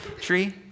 tree